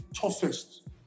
toughest